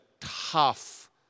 tough